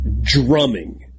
drumming